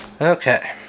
Okay